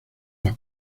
las